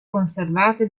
conservate